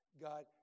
God